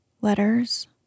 Letters